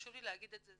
חשוב לי להגיד את זה,